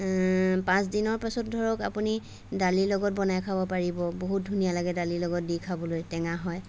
পাঁচ দিনৰ পাছত ধৰক আপুনি দালিৰ লগত বনাই খাব পাৰিব বহুত ধুনীয়া লাগে দালিৰ লগত দি খাবলৈ টেঙা হয়